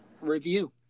review